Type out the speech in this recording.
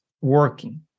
working